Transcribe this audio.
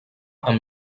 amb